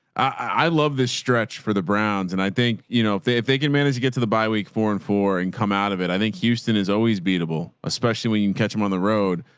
i love this stretch for the browns. and i think, you know, if they if they can manage to get to the bi-week four and four and come out of it, i think houston is always beatable, especially when catch them on the road.